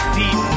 deep